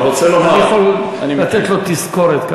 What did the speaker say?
אני יכול לתת לו תזכורת.